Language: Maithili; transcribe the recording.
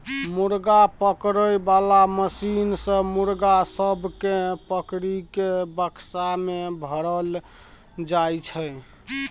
मुर्गा पकड़े बाला मशीन सँ मुर्गा सब केँ पकड़ि केँ बक्सा मे भरल जाई छै